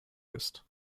ist